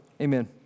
Amen